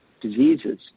diseases